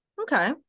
okay